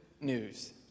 news